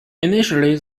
initially